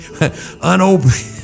Unopened